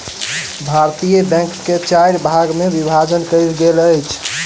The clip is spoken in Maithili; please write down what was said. भारतीय बैंक के चाइर भाग मे विभाजन कयल गेल अछि